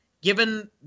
Given